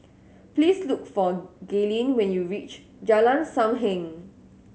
please look for Gaylene when you reach Jalan Sam Heng